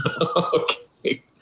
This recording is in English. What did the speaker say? Okay